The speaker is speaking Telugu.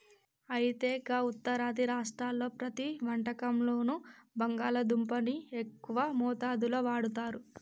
అయితే గా ఉత్తరాది రాష్ట్రాల్లో ప్రతి వంటకంలోనూ బంగాళాదుంపని ఎక్కువ మోతాదులో వాడుతారు